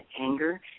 anger